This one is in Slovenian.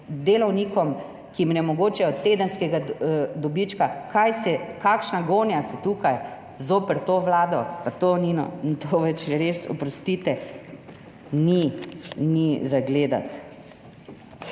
delovnikom, ki jim ne omogočajo tedenskega dobička. Kakšna gonja je tukaj zoper to vlado, pa to več res, oprostite, ni za gledati.